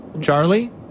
Charlie